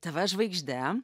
tv žvaigžde